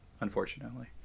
unfortunately